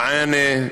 בענה,